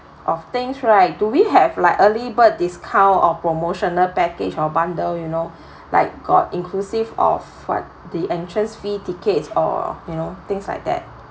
of things right do we have like early bird discount or promotional package or bundle you know like got inclusive of what the entrance fee tickets or you know things like that